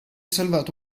salvato